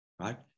right